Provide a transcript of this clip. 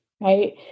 right